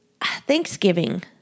Thanksgiving